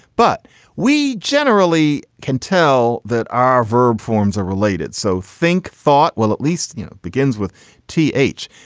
but we generally can tell that our verb forms are related. so think thought. well, at least you begins with t h.